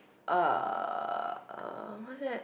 uh uh what's that